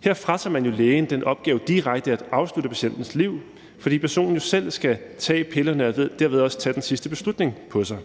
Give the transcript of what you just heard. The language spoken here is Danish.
Her fratager man lægen den opgave direkte at afslutte patientens liv, fordi personen jo selv skal tage pillerne og derved også tage den sidste beslutning på sig.